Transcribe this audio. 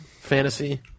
fantasy